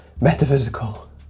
Metaphysical